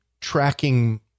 Tracking